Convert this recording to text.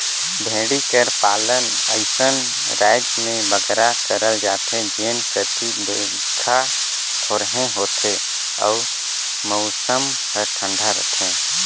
भेंड़ी कर पालन अइसन राएज में बगरा करल जाथे जेन कती बरिखा थोरहें होथे अउ मउसम हर ठंडा रहथे